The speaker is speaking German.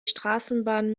straßenbahn